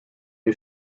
new